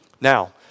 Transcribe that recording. Now